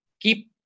keep